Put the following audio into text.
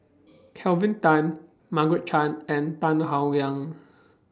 Kelvin Tan Margaret Chan and Tan Howe Liang